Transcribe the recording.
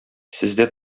сездә